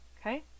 Okay